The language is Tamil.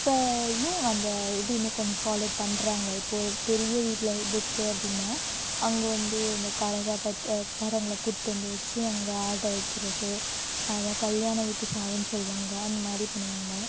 இப்பவும் அந்த இது இன்னும் கொஞ்சம் ஃபாலோ பண்ணுறாங்க இப்போ ஒரு பெரிய வீட்டில் டெத்து அப்படின்னா அங்கே வந்து அந்த கரகாட்டத்தை காரவங்களை கூட்டு வந்து வச்சு அங்கே ஆட வைக்கிறது அதை கல்யாண வீட்டு சாவுன்னு சொல்வாங்க அந்த மாதிரி பண்ணுவாங்க